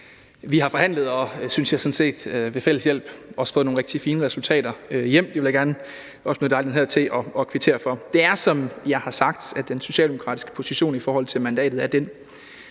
jeg sådan set – ved fælles hjælp også fået nogle rigtig fine resultater hjem. Det vil jeg gerne også benytte lejligheden til at kvittere for. Det er, som jeg har sagt, at den socialdemokratiske position i forhold til mandatet er den,